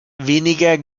weniger